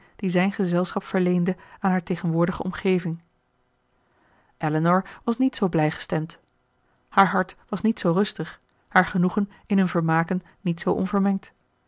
die zijn gezelschap verleende aan haar tegenwoordige omgeving elinor was niet zoo blij gestemd haar hart was niet zoo rustig haar genoegen in hun vermaken niet zoo